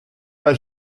pas